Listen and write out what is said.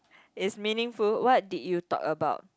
is meaningful what did you thought about